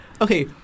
Okay